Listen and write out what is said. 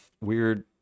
weird